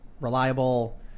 reliable